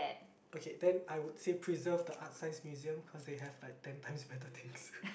okay then I would say preserve the Art-Science-Museum cause they have like ten times better things